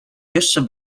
jeszcze